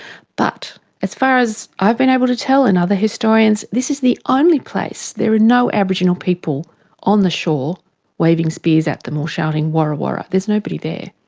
but as far as i've been able to tell and other historians, this is the only place where there are no aboriginal people on the shore waving spears at them or shouting warra warra, there's nobody there,